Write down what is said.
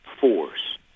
force